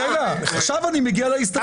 רגע, עכשיו אני מגיע להסתייגויות.